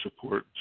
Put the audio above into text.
support